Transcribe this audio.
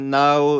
now